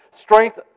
strength